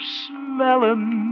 smelling